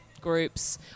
groups